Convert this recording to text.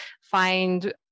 find